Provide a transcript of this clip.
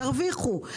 תרוויחו.